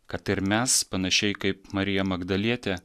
kad ir mes panašiai kaip marija magdalietė